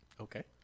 Okay